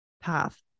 path